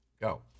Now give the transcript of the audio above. Go